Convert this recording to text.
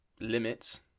...limits